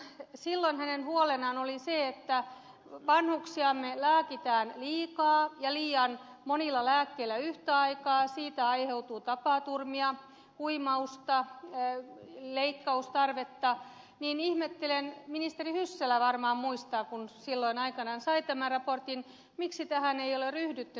eli kun silloin hänen huolenaan oli se että vanhuksiamme lääkitään liikaa ja liian monilla lääkkeillä yhtä aikaa siitä aiheutuu tapaturmia huimausta leikkaustarvetta niin ihmettelen ministeri hyssälä varmaan muistaa kun silloin aikanaan sai tämän raportin miksi näihin toimenpiteisiin ei ole ryhdytty